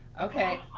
okay.